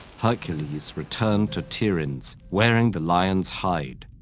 hercules returned to tiryns wearing the lion's hide,